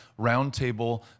roundtable